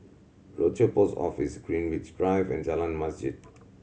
Rochor Post Office Greenwich Drive and Jalan Masjid